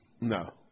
No